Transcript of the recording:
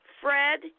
Fred